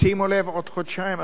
שימו לב עוד חודשיים,